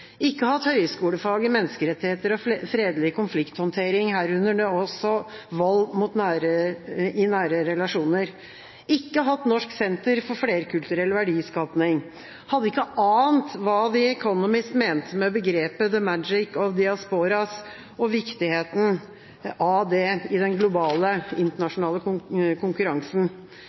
ikke hatt internasjonalt kultursenter, ikke hatt høyskolefag i menneskerettigheter og fredelig konflikthåndtering, herunder også vold i nære relasjoner, ikke hatt Norsk senter for flerkulturell verdiskaping, ikke ant hva The Economist mente med begrepet «The magic of diasporas» og viktigheten av det i den globale internasjonale konkurransen.